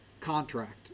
contract